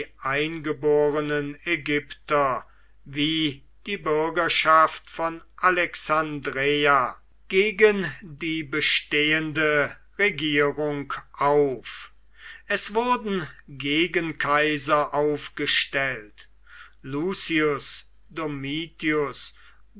eingeborenen ägypter wie die bürgerschaft von alexandreia gegen die bestehende regierung auf es wurden gegenkaiser aufgestellt lucius domitius